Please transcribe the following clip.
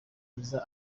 ryiza